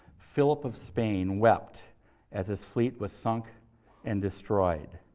philip of spain wept as his fleet was sunk and destroyed.